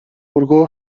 өргөө